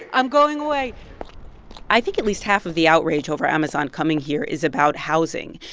i'm going away i think at least half of the outrage over amazon coming here is about housing.